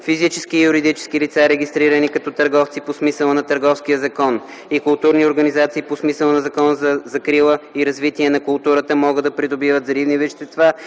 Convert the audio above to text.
Физически и юридически лица, регистрирани като търговци по смисъла на Търговския закон, и културни организации по смисъла на Закона за закрила и развитие на културата могат да придобиват взривни вещества